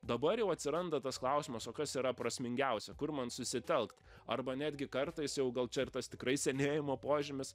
dabar jau atsiranda tas klausimas o kas yra prasmingiausia kur man susitelkt arba netgi kartais jau gal čia ir tas tikrai senėjimo požymis